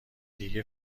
دیگه